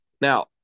Now